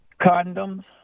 Condoms